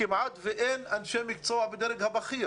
כמעט ואין אנשי מקצוע בדרג הבכיר